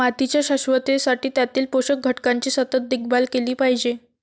मातीच्या शाश्वततेसाठी त्यातील पोषक घटकांची सतत देखभाल केली पाहिजे